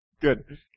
Good